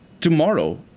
tomorrow